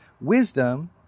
wisdom